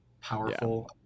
powerful